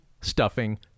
stuffing